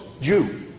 Jew